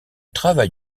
travail